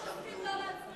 אז למה שתסכים לא להצביע?